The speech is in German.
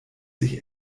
sich